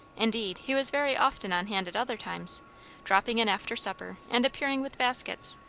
indeed, he was very often on hand at other times dropping in after supper, and appearing with baskets,